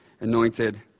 anointed